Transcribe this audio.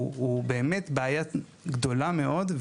הוא באמת בעיה גדולה מאוד.